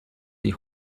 die